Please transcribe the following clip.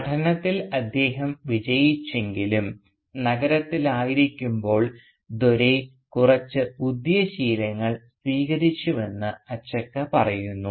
പഠനത്തിൽ അദ്ദേഹം വിജയിച്ചില്ലെങ്കിലും നഗരത്തിലായിരുന്നപ്പോൾ ദോരൈ കുറച്ച് പുതിയ ശീലങ്ങൾ സ്വീകരിച്ചുവെന്ന് അച്ചക്ക പറയുന്നു